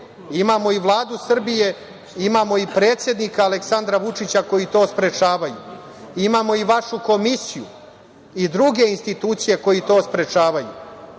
imamo i Vladu Srbije, imamo i predsednika Aleksandra Vučića koji to sprečavaju, imao i vašu komisiju i druge institucije koje to sprečavaju,